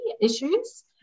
issues